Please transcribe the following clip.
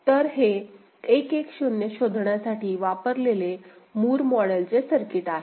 तर हे 1 1 0 शोधण्यासाठी वापरलेले मुर मॉडेलची सर्किट आहे